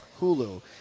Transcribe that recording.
Hulu